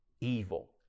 evil